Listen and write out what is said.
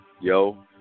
Yo